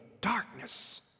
darkness